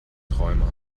träumer